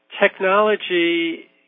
technology